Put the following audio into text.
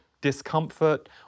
discomfort